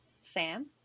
Sam